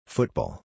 Football